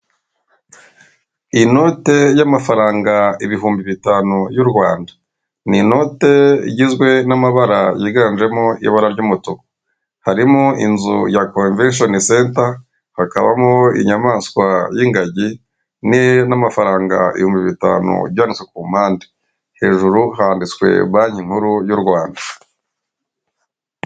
Inote y'amafaranga ibihumbi bitanu y'u Rwanda, ni inote igizwe n'amabara yiganjemo ibara ry'umutuku harimo inzu ya komvesheni senta hakabamo inyamaswa y'ingagi n'amafaranga ibihumbi bitanu byanditswe ku mpande hejuru handitswe banki nkuru y'u Rwanda.